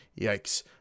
Yikes